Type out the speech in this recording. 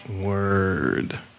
Word